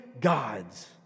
God's